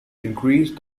increase